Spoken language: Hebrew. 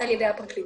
על ידי הפרקליטות.